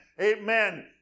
amen